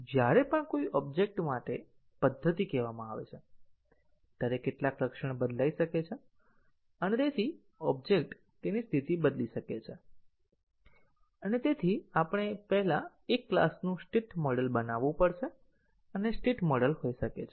જ્યારે પણ કોઈ ઓબ્જેક્ટ માટે પદ્ધતિ કહેવામાં આવે છે ત્યારે કેટલાક લક્ષણ બદલાઈ શકે છે અને ઓબ્જેક્ટ તેની સ્થિતિ બદલી શકે છે અને આપણે પહેલા એક ક્લાસનું સ્ટેટ મોડેલ બનાવવું પડશે અને સ્ટેટ મોડેલ હોઈ શકે છે